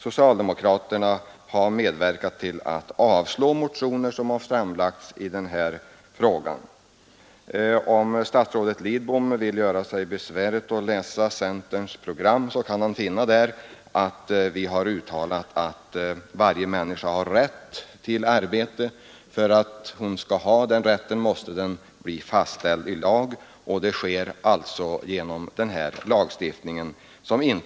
Socialdemokraterna har faktiskt medverkat till att avslå motioner som väckts i denna fråga. Om statsrådet Lidbom vill göra sig besväret att läsa centerns program kan han finna att vi har uttalat att varje människa har rätt till arbete. För att hon skall ha den rätten måste den bli fastställd i lag. Detta sker genom den lagstiftningen som nu behandlas.